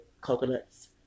coconuts